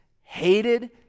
hated